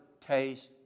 taste